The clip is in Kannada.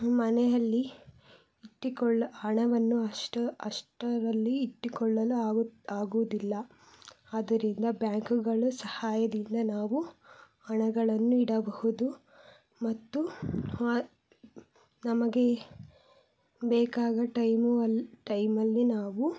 ಮನೆಯಲ್ಲಿ ಇಟ್ಟುಕೊಳ್ಳೋ ಹಣವನ್ನು ಅಷ್ಟು ಅಷ್ಟರಲ್ಲಿ ಇಟ್ಟುಕೊಳ್ಳಲು ಆಗು ಆಗೋದಿಲ್ಲ ಆದ್ದರಿಂದ ಬ್ಯಾಂಕುಗಳು ಸಹಾಯದಿಂದ ನಾವು ಹಣಗಳನ್ನು ಇಡಬಹುದು ಮತ್ತು ನಮಗೆ ಬೇಕಾಗೊ ಟೈಮು ಅಲ್ಲಿ ಟೈಮಲ್ಲಿ ನಾವು